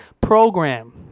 program